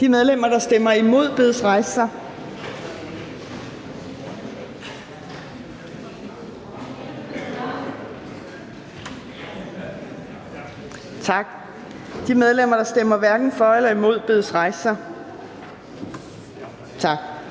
De medlemmer, der stemmer imod, bedes rejse sig. Tak. De medlemmer, der stemmer hverken for eller imod, bedes rejse sig. Tak.